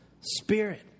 Spirit